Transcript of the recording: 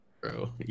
Bro